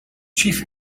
chief